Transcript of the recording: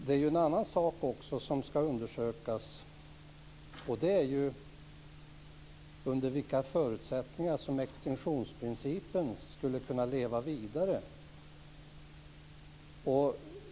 Det är en annan sak också som skall undersökas, och det är under vilka förutsättningar som extinktionsprincipen kan leva vidare.